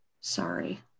sorry